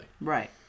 Right